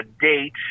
date